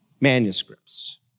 manuscripts